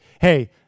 Hey